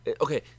Okay